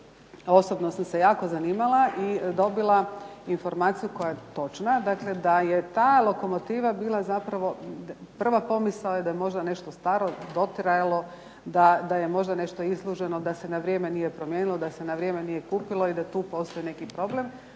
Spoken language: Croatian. osobno sam se jako zanimala i dobila informaciju koja je točna, dakle da je ta lokomotiva bila zapravo, prva pomisao da je možda nešto staro, dotrajalo, da je možda nešto isluženo, da se nije na vrijeme promijenilo, da se na vrijeme nije kupilo i da tu postoji neki problem,